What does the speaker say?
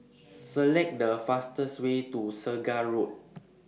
Select The fastest Way to Segar Road